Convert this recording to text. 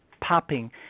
popping